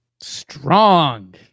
Strong